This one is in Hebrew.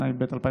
התשנ"ה 1995,